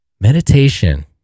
Meditation